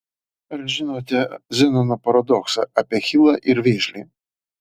ar žinote zenono paradoksą apie achilą ir vėžlį